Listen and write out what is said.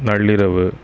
நள்ளிரவு